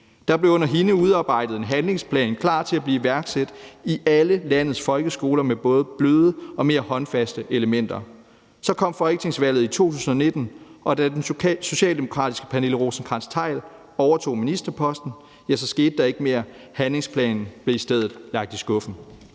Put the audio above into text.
der blev under hende udarbejdet en handlingsplan, som var klar til at blive iværksat i alle landets folkeskoler, med både bløde og mere håndfaste elementer. Så kom folketingsvalget i 2019, og da den socialdemokratiske Pernille Rosenkrantz-Theil overtog ministerposten, skete der ikke mere, og handlingsplanen blev i stedet lagt i skuffen.